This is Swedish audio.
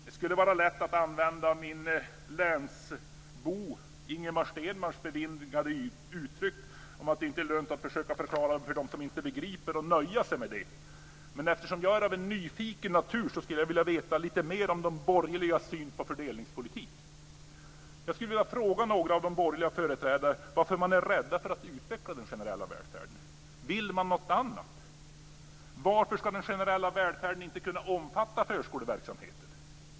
Det skulle vara lätt att använda min länsgranne Ingemar Stenmarks bevingade uttryck om att det inte är lönt att försöka förklara för dem som inte begriper och nöja sig med det. Men eftersom jag är av en nyfiken natur skulle jag vilja veta lite mer om de borgerligas syn på fördelningspolitik. Jag skulle vilja fråga några av de borgerliga företrädarna varför man är rädd för att utveckla den generella välfärden. Vill man något annat? Varför ska den generella välfärden inte kunnat omfatta förskoleverksamheten?